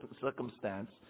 circumstance